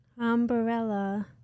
Umbrella